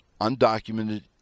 Undocumented